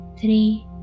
three